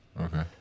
Okay